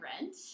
rent